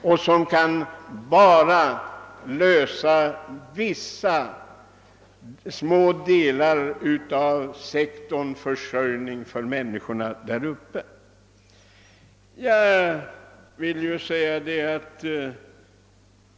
De kan bara lösa en del av problemet att ge människorna där uppe försörjning.